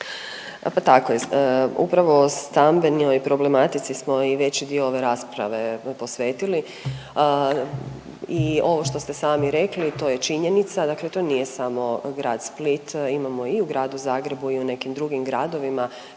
Pa tako je, upravo o stambenoj problematici smo i veći dio ove rasprave posvetili i ovo što ste sami rekli, to je činjenica, dakle to nije samo grad Split, imamo i u Gradu Zagrebu i u nekim drugim gradovima